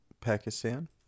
pakistan